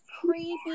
creepy